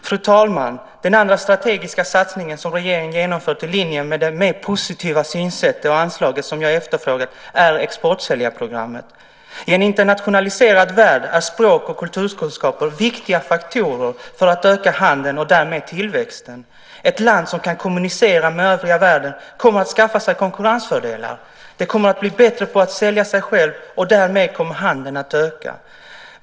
Fru talman! Den andra strategiska satsningen som regeringen genomfört i linje med det mer positiva synsätt jag efterfrågar är exportsäljarprogrammet. I en internationaliserad värld är språk och kulturkunskaper viktiga faktorer för att öka handeln och därmed tillväxten. Ett land som kan kommunicera med övriga världen kommer att skaffa sig konkurrensfördelar. Det kommer att bli bättre på att sälja sig självt, och därmed kommer handeln att öka.